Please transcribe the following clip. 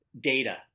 data